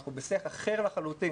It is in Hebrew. אנחנו בשיח אחר לחלוטין.